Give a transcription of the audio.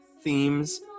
themes